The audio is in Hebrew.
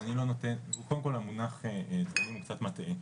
אני לא נותן, קודם כל המונח תקנים הוא קצת מטעה.